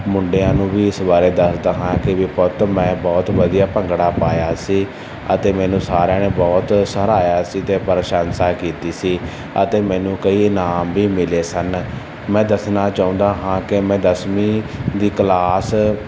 ਮੁੰਡਿਆਂ ਨੂੰ ਵੀ ਇਸ ਬਾਰੇ ਦੱਸਦਾ ਹਾਂ ਕਿ ਵੀ ਪੁੱਤ ਮੈਂ ਬਹੁਤ ਵਧੀਆ ਭੰਗੜਾ ਪਾਇਆ ਸੀ ਅਤੇ ਮੈਨੂੰ ਸਾਰਿਆਂ ਨੇ ਬਹੁਤ ਸਹਰਾਇਆ ਸੀ ਅਤੇ ਪ੍ਰਸ਼ੰਸਾ ਕੀਤੀ ਸੀ ਅਤੇ ਮੈਨੂੰ ਕਈ ਇਨਾਮ ਵੀ ਮਿਲੇ ਸਨ ਮੈਂ ਦੱਸਣਾ ਚਾਹੁੰਦਾ ਹਾਂ ਕਿ ਮੈਂ ਦਸਵੀਂ ਦੀ ਕਲਾਸ